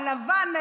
הלבן,